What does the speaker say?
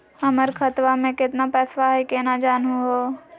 हमर खतवा मे केतना पैसवा हई, केना जानहु हो?